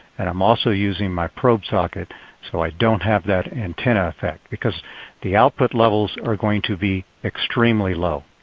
and i'm also using my probe socket so i don't have that antenna effect because the output levels are going to be extremely low.